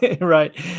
right